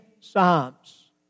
psalms